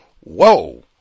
whoa